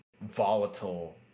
volatile